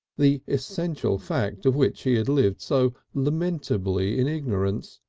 the essential fact of which he had lived so lamentably in ignorance.